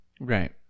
Right